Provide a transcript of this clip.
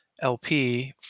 LP